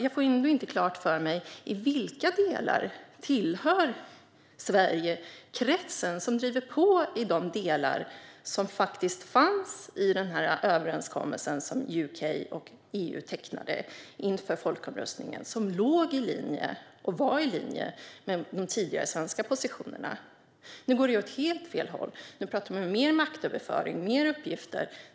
Jag får inte klart för mig i vilka delar Sverige hör till kretsen som driver på i de delar som fanns i överenskommelsen som UK och EU tecknade inför folkomröstningen och som låg i linje med de tidigare svenska positionerna. Nu går det åt helt fel håll. Nu talar man om mer maktöverföring och mer uppgifter.